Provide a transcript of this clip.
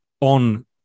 on